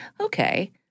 okay